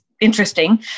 interesting